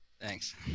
Thanks